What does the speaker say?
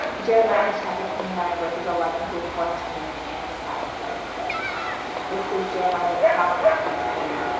jeremiah, chapter twenty nine verses eleven through fourteen and the amplified says this this is jeremiah the prophet speaking